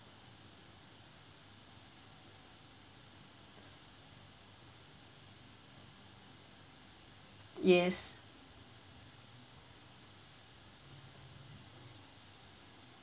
yes